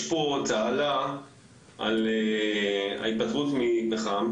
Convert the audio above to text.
יש פה צהלה על ההתפטרות מפחם.